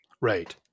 Right